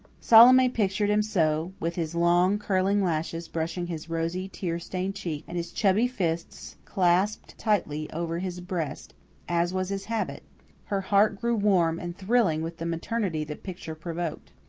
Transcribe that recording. salome pictured him so, with his long, curling lashes brushing his rosy, tear-stained cheek and his chubby fists clasped tightly over his breast as was his habit her heart grew warm and thrilling with the maternity the picture provoked.